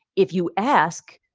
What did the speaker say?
if you ask,